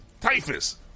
typhus